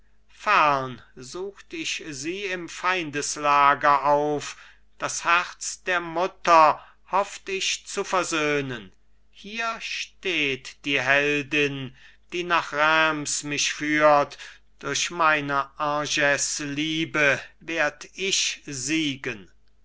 fern sucht ich sie im feindeslager auf das herz der mutter hofft ich zu versöhnen hier steht die heldin die nach reims mich führt durch meiner agnes liebe werd ich siegen